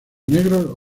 negros